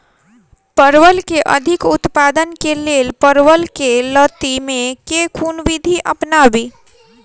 परवल केँ अधिक उत्पादन केँ लेल परवल केँ लती मे केँ कुन विधि अपनाबी?